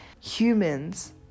humans